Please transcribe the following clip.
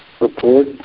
report